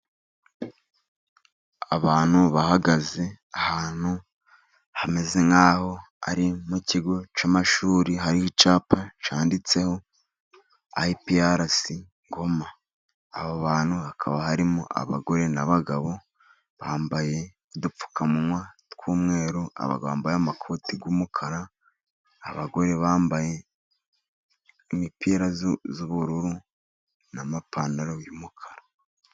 Abantu bahagaze ahantu hameze nk'aho ari mu kigo cy'amashuri, hari icyapa cyanditseho IPRC Ngoma. Aba bantu hakaba harimo abagore n'abagabo, bambaye udupfukamunwa tw'umweru, abagabo bambaye amakoti y'umukara, abagore bambaye imipira y'ubururu n'amapantaro y'umukara.